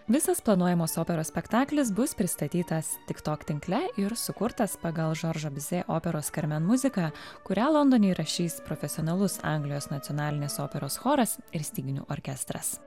visas planuojamas operos spektaklis bus pristatytas tik tok tinkle ir sukurtas pagal žoržo bizė operos karmen muziką kurią londone įrašys profesionalus anglijos nacionalinės operos choras ir styginių orkestras